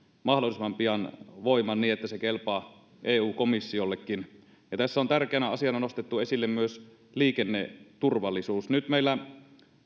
mahdollisimman pian voimaan niin että se kelpaa eu komissiollekin tässä on tärkeänä asiana nostettu esille myös liikenneturvallisuus nyt meillä